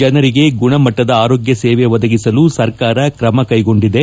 ಜನಂಗೆ ಗುಣಮಟ್ಟದ ಆರೋಗ್ಯ ಸೇವೆ ಒದಗಿಸಲು ಸರ್ಕಾರ ಕ್ರಮ ಕೈಗೊಂಡಿದೆ